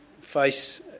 face